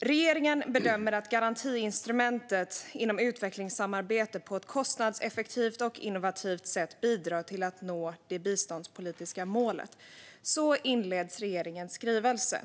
Regeringen bedömer att garantiinstrumentet inom utvecklingssamarbetet på ett kostnadseffektivt och innovativt sätt bidrar till att nå det biståndspolitiska målet. Så inleds regeringens skrivelse.